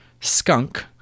skunk